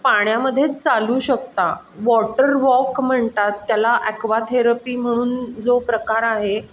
पाण्यामध्येच चालू शकता water walk म्हणतात त्याला ॲक्वाथेरपी म्हणून जो प्रकार आहे